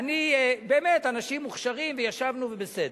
באמת אנשים מוכשרים, וישבנו, ובסדר.